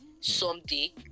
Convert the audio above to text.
someday